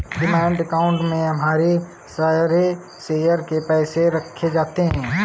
demat account में हमारे सारे शेयर के पैसे रखे जाते हैं